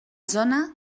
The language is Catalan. zona